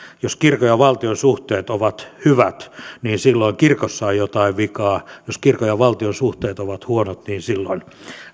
jos kirkon ja valtion suhteet ovat hyvät niin silloin kirkossa on jotain vikaa jos kirkon ja valtion suhteet ovat huonot niin silloin